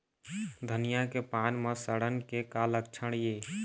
धनिया के पान म सड़न के का लक्षण ये?